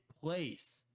place